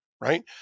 right